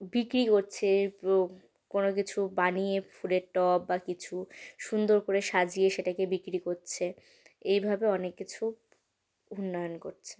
বিক্রি করছে কোনো কিছু বানিয়ে ফুলের টব বা কিছু সুন্দর করে সাজিয়ে সেটাকে বিক্রি করছে এইভাবে অনেক কিছু উন্নয়ন করছে